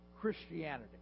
Christianity